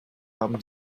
haben